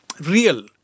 real